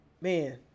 man